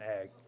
ag